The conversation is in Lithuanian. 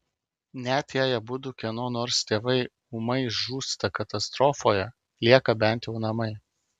net jei abudu kieno nors tėvai ūmai žūsta katastrofoje lieka bent jau namai